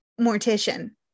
mortician